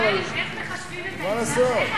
הוא שואל איך מחשבים את האינפלציה.